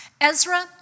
Ezra